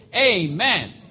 Amen